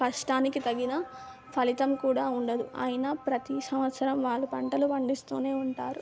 కష్టానికి తగిన ఫలితం కూడా ఉండదు అయినా ప్రతీ సంవత్సరం వాళ్ళు పంటలు పండిస్తూనే ఉంటారు